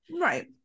Right